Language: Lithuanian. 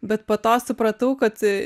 bet po to supratau kad